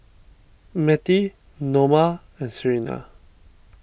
Mettie Noma and Serina